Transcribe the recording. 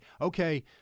okay